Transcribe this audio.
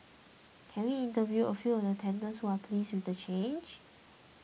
can we interview a few of the tenants who are pleased with the change